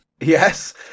Yes